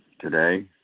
today